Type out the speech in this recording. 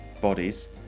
bodies